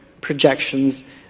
projections